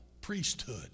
priesthood